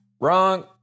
Wrong